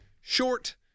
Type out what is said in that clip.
short